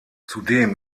zudem